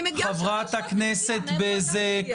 אני מגיעה מ --- חברת הכנסת בזק,